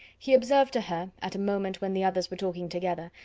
he observed to her, at a moment when the others were talking together,